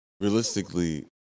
Realistically